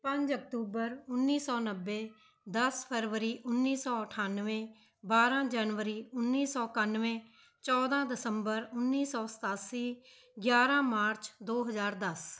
ਪੰਜ ਅਕਤੂਬਰ ਉੱਨੀ ਸੌ ਨੱਬੇ ਦਸ ਫਰਵਰੀ ਉੱਨੀ ਸੌ ਅਠਾਨਵੇਂ ਬਾਰ੍ਹਾਂ ਜਨਵਰੀ ਉੱਨੀ ਸੌ ਇਕਾਨਵੇਂ ਚੌਦ੍ਹਾਂ ਦਸੰਬਰ ਉੱਨੀ ਸੌ ਸਤਾਸੀ ਗਿਆਰ੍ਹਾਂ ਮਾਰਚ ਦੋ ਹਜ਼ਾਰ ਦਸ